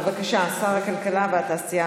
בבקשה שר הכלכלה והתעשייה,